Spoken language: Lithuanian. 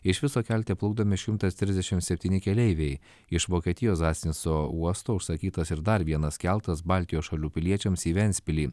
iš viso kelte plukdomi šimtas trisdešim septyni keleiviai iš vokietijos zasnico uosto užsakytas ir dar vienas keltas baltijos šalių piliečiams į ventspilį